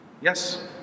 Yes